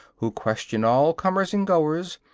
who question all comers and goers,